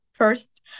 first